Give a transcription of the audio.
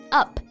up